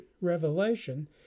revelation